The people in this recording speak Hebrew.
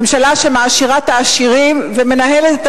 ממשלה שמעשירה את העשירים ומנהלת את